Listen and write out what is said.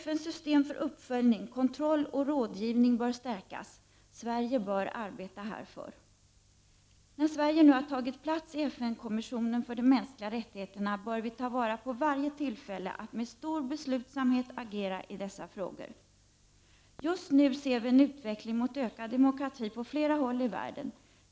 FN:s system för uppföljning, kontroll och rådgivning bör stärkas. Sverige bör arbeta härför. När Sverige nu har tagit plats i FN-kommissionen för de mänskliga rättigheterna, bör vi ta vara på varje tillfälle att med stor beslutsamhet agera i dessa frågor. Just nu ser vi en utveckling mot ökad demokrati på flera håll i världen.